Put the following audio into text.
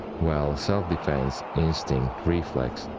well, self-defense, instinct, reflex,